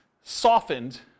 softened